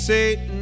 Satan